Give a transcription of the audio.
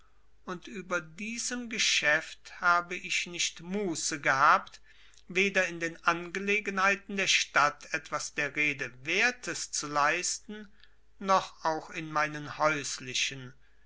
und über diesem geschäft habe ich nicht muße gehabt weder in den angelegenheiten der stadt etwas der rede wertes zu leisten noch auch in meinen häuslichen